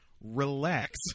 Relax